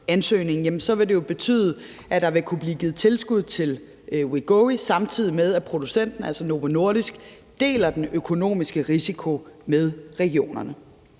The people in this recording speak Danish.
vil det jo betyde, at der vil kunne blive givet tilskud til Wegovy, samtidig med at producenten, altså Novo Nordisk, deler den økonomiske risiko med regionerne.